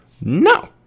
No